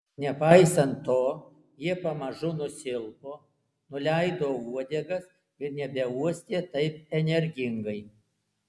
nepaisant to jie pamažu nusilpo nuleido uodegas ir nebeuostė taip energingai